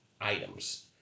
items